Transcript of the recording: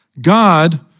God